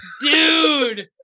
Dude